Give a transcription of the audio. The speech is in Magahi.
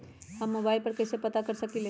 हम मोबाइल पर कईसे पता कर सकींले?